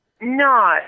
No